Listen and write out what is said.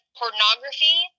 pornography